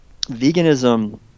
veganism